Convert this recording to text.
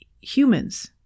humans